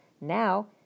Now